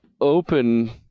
open